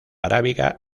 arábiga